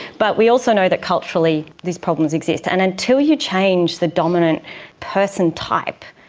but we also know that culturally these problems exist. and until you change the dominant person type,